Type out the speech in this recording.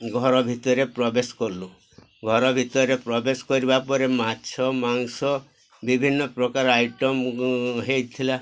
ଘର ଭିତରେ ପ୍ରବେଶ କଲୁ ଘର ଭିତରେ ପ୍ରବେଶ କରିବା ପରେ ମାଛ ମାଂସ ବିଭିନ୍ନ ପ୍ରକାର ଆଇଟମ୍ ହେଇଥିଲା